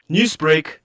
Newsbreak